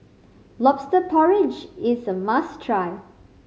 Lobster Porridge is a must try